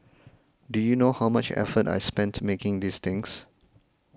do you know how much effort I spent making these things